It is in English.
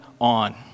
on